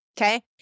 Okay